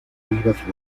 rivas